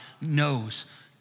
knows